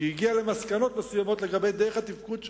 כי היא הגיעה למסקנות מסוימות לגבי דרך התפקוד שלה.